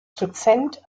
dozent